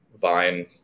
Vine